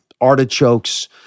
artichokes